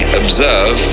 observe